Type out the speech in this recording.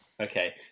Okay